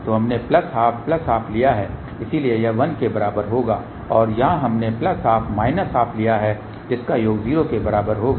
तो हमने plus half plus half लिया है इसलिए यह 1 के बराबर होगा और यहां हमने प्लस हाफ और माइनस हाफ लिया है जिसका योग 0 के बराबर होगा